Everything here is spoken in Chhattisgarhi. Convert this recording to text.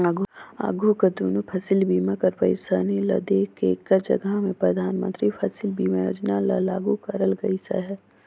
आघु कर दुनो फसिल बीमा कर पइरसानी ल देख के एकर जगहा में परधानमंतरी फसिल बीमा योजना ल लागू करल गइस अहे